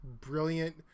Brilliant